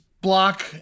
block